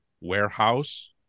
warehouse